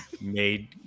made